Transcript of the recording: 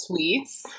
tweets